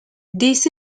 this